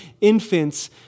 infants